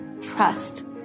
Trust